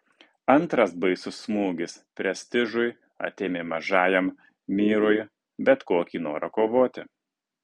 antras baisus smūgis prestižui atėmė mažajam myrui bet kokį norą kovoti